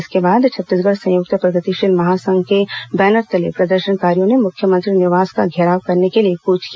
इसके बाद छत्तीसगढ़ संयुक्त प्रगतिशील महासंघ के बैनरतले प्रदर्शनकारियों ने मुख्यमंत्री निवास का घेराव करने के लिए कूच किया